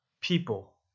people